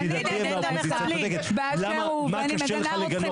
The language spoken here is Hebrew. ידידתי מהאופוזיציה, צודקת, למה קשה לך לגנות?